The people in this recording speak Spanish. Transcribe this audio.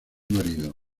marido